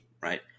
right